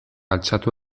altxatu